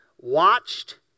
watched